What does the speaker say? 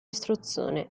istruzione